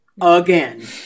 Again